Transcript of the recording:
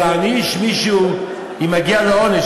או להעניש מישהו אם מגיע לו עונש,